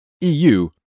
EU